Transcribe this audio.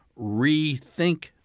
rethink